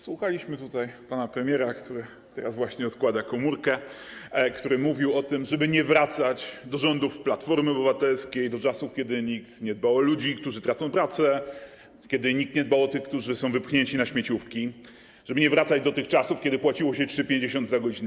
Słuchaliśmy tutaj pana premiera, który właśnie odkłada komórkę, który mówił o tym, żeby nie wracać do rządów Platformy Obywatelskiej, do czasów, kiedy nikt nie dbał o ludzi, którzy tracili pracę, kiedy nikt nie dbał o tych, którzy byli wypchnięci na śmieciówki, żeby nie wracać do tych czasów, kiedy płaciło się 3,50 za godzinę.